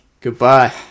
goodbye